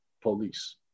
police